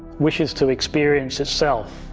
wishes to experience itself.